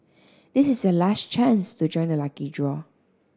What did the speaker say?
this is your last chance to join the lucky draw